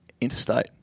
Interstate